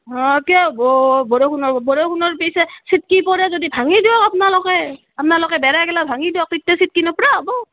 অ কিয় হ'ব বৰষুণত বৰষুণত পিছে চিটিকি পৰে যদি ভাঙি দিয়ক আপোনালোকে আপোনালোকে বেৰাগিলা ভাঙি দিয়ক তেতিয়া চিটিকি নপৰা হ'ব